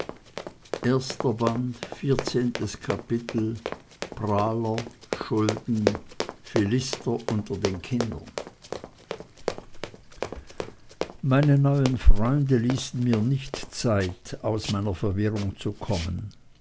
vierzehntes kapitel prahler schulden philister unter den kindern meine neuen freunde ließen mir nicht zeit aus meiner verirrung zu kommen